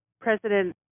president